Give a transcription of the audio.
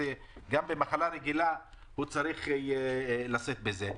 גם במחלה רגילה הוא צריך לשאת בזה,